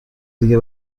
دیگه